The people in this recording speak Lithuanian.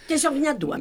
tiesiog neduo